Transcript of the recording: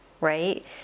right